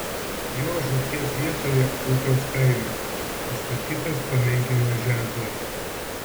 jo žūties vietoje ūtos kaime pastatytas paminklinis ženklas